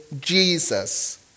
Jesus